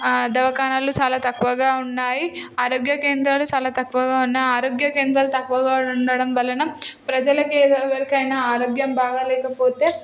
దవాఖానలు చాలా తక్కువగా ఉన్నాయి ఆరోగ్య కేంద్రాలు చాలా తక్కువగా ఉన్న ఆరోగ్య కేంద్రాలు తక్కువగా ఉండడం వలన ప్రజలకు ఏదో ఎవరికైనా ఆరోగ్యం బాగా లేకపోతే